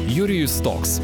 jurijus toks